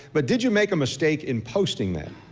but did you make a mistake in posting that?